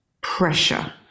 pressure